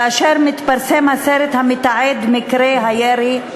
כאשר מתפרסם הסרט המתעד את מקרה הירי,